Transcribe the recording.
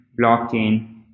blockchain